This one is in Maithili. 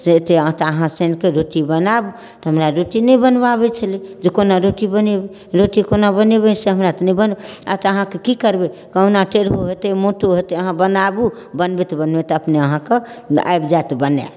जे एतेक आटा अहाँ सानिकऽ रोटी बनाएब तऽ हमरा रोटी नहि बनबऽ आबै छलै जे कोना रोटी बनेबै रोटी कोना बनेबै से हमरा तऽ नहि बनबऽ आओर तऽ अहाँके कि करबै कहुना टेढ़ौ हेतै मोटो हेतै अहाँ बनाबू बनबैत बनबैत अपने अहाँके आबि जाएत बनाएब